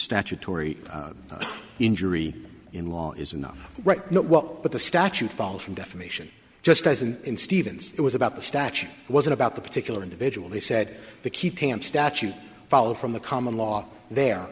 statutory injury in law is enough right not well but the statute falls from definition just as and in stevens it was about the statute was about the particular individual they said to keep am statute follow from the common law the